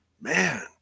man